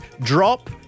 drop